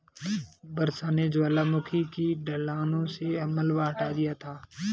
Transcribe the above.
वर्षा ने ज्वालामुखी की ढलानों से मलबा हटा दिया था